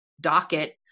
docket